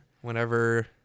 whenever